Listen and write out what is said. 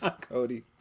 Cody